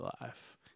life